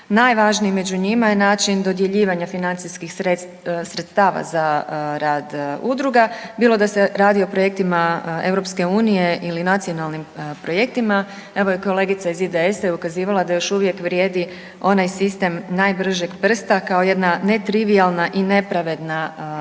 Najvažniji među njima je način dodjeljivanja financijskih sredstava za rad udruga, bilo da se radi o projektima EU ili nacionalnim projektima. Evo i kolegica iz IDS-a je ukazivala da još uvijek vrijedi onaj sistem najbržeg prsta kao jedna netrivijalna i nepravilna metoda